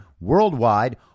worldwide